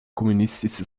communistische